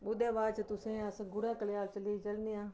उ'दे बाद च तुसें गी अस गुड़े कल्याल च लेई चलने आं